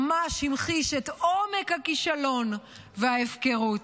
ממש המחיש את עומק הכישלון וההפקרות,